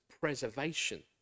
preservation